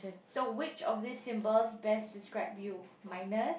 so which of this symbols best describe you minus